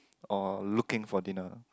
or looking for dinner